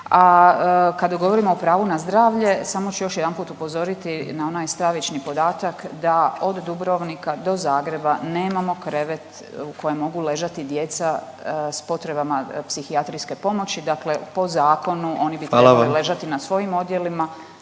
a kada govorimo o pravu na zdravlje samo ću još jedanput upozoriti na onaj stravični podatak da od Dubrovnika do Zagreba nemamo krevet u kojem mogu ležati djeca s potrebama psihijatrijske pomoći, dakle po zakonu oni bi trebali ležati…/Upadica